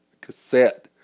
cassette